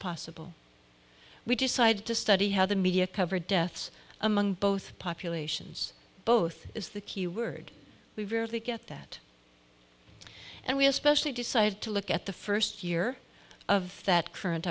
possible we decided to study how the media covered deaths among both populations both is the key word we rarely get that and we especially decided to look at the first year of that current